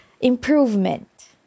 improvement